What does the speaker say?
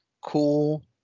cool